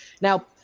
Now